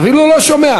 אפילו לא שומע.